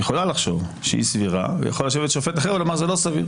ויכול לשבת שופט אחר ולומר שזה לא סביר.